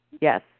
Yes